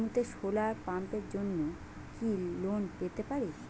জমিতে সোলার পাম্পের জন্য কি লোন পেতে পারি?